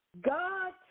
God